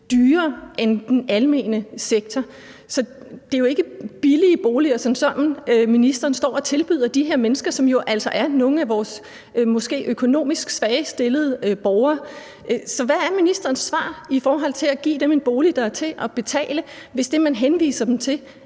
boliger i den almene sektor. Så det er jo ikke billige boliger som sådan, ministeren står og tilbyder de her mennesker, som er nogle af vores måske økonomisk svagest stillede borgere. Så hvad er ministerens svar i forhold til at give dem en bolig, der er til at betale, hvis det, man henviser dem til,